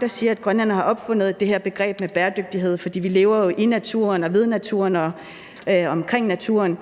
der siger, at Grønland har opfundet det her begreb om bæredygtighed, for vi lever jo i naturen og ved naturen og omkring naturen.